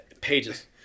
Pages